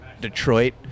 Detroit